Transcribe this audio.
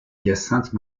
hyacinthe